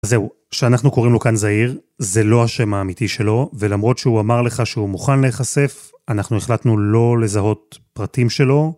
זהו, שאנחנו קוראים לו כאן זהיר, זה לא השם האמיתי שלו, ולמרות שהוא אמר לך שהוא מוכן להיחשף, אנחנו החלטנו לא לזהות פרטים שלו.